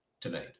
tonight